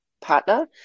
partner